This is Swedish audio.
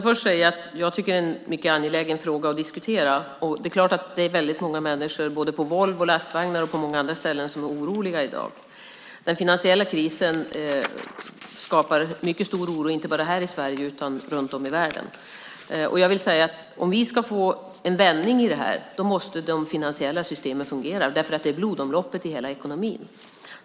Fru talman! Det här är en mycket angelägen fråga att diskutera. Det är väldigt många människor både på Volvo Lastvagnar och på många andra ställen som är oroliga i dag. Den finansiella krisen skapar mycket stor oro inte bara här i Sverige utan runt om i världen. För att vi ska få en vändning i det här måste de finansiella systemen fungera därför att de är blodomloppet i hela ekonomin.